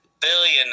billion